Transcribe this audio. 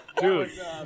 Dude